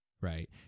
Right